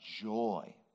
joy